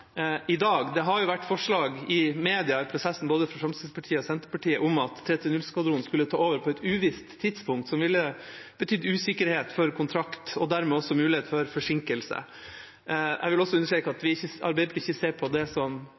i dag. Det har jo vært forslag i media i prosessen – fra både Fremskrittspartiet og Senterpartiet – om at 330-skvadronen skulle ta over på et uvisst tidspunkt, noe som ville betydd usikkerhet for kontrakt og dermed også mulighet for forsinkelse. Jeg vil også understreke at Arbeiderpartiet ikke ser på det